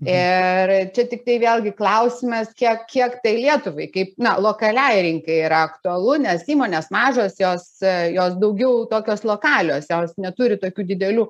ir čia tiktai vėlgi klausimas kiek kiek tai lietuvai kaip na lokaliai rinka yra aktualu nes įmonės mažos jos jos daugiau tokios lokaliosios jos neturi tokių didelių